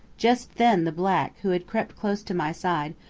just then the black, who had crept close to my side,